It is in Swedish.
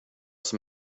som